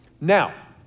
Now